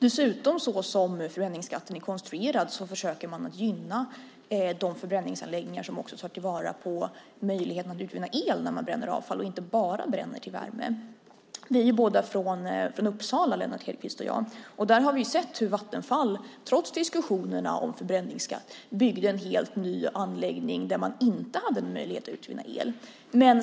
Som förbränningsskatten är konstruerad försöker man dessutom att gynna de förbränningsanläggningar som också tar vara på möjligheterna att utvinna el när man bränner avfall och inte bara bränner för värme. Vi är båda från Uppsala, Lennart Hedquist och jag. Där har vi sett hur Vattenfall trots diskussionerna om förbränningsskatt byggde en helt ny anläggning där man inte hade möjlighet att utvinna el.